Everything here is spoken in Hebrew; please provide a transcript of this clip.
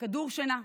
כדור שינה,